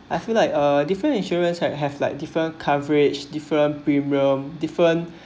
I feel like a different insurance had have like different coverage different premium different